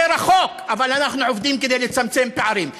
זה רחוק, אבל אנחנו עובדים כדי לצמצם פערים.